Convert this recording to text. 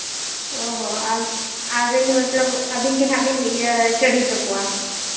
ᱚᱸᱻ ᱦᱚᱸ ᱟᱨ ᱟᱨ ᱟᱹᱵᱤᱱ ᱢᱚᱛᱞᱚᱵᱽ ᱟᱹᱵᱤᱱ ᱜᱮ ᱱᱟᱜ ᱵᱮᱱ ᱤᱭᱟᱹ ᱥᱴᱟᱰᱤ ᱦᱚᱪᱚ ᱠᱚᱣᱟ